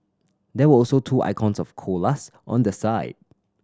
there were also two icons of koalas on the sign